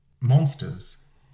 monsters